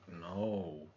No